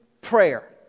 prayer